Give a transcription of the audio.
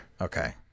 Okay